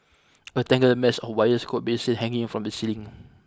a tangled mess of wires could be seen hanging from the ceiling